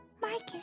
Marcus